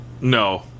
No